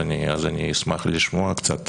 אז אני אשמח לשמוע קצת